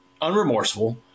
unremorseful